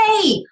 hey